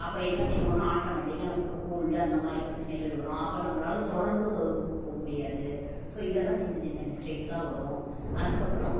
அப்போ என்ன செய்வோம்ன்னா ஆட்டோமேட்டிக்காக நமக்கு கோல்டு அந்தமாதிரி பிரச்சனைகள் வரும் அப்போ நம்மளால தொடர்ந்து வகுப்புக்கு போக முடியாது ஸோ இதெல்லாம் சின்ன சின்ன மிஸ்டேக்ஸாக வரும் அதுக்கப்புறம்